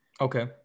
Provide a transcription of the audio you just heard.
Okay